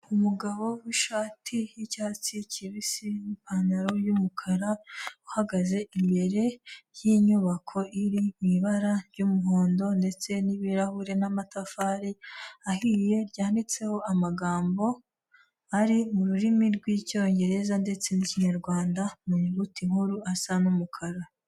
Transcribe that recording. Umugabo wshati yicyatsi kibisi n'pantaro yumukara uhagaze imbere yinyubako iriw'i ibara ry'umuhondo ndetse n'ibirahuri n'amatafari arihiye, byanditseho amagambo ari mu rurimi rw'Icyongereza ndetse n'Ikinyarwanda mu nyuguti nkuru asa n'umukara.